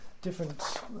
different